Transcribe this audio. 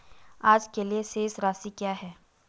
आज के लिए शेष राशि क्या है?